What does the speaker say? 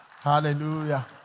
Hallelujah